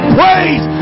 praise